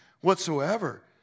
whatsoever